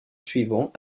suivant